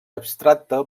abstracta